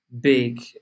big